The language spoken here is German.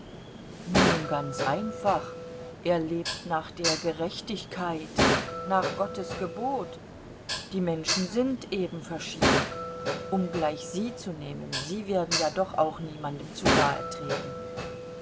nun ganz einfach er lebt nach der gerechtigkeit nach gottes gebot die menschen sind eben verschieden um gleich sie zu nehmen sie werden ja doch auch niemandem zu nahe treten